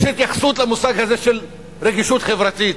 יש התייחסות למושג הזה של רגישות חברתית.